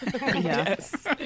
Yes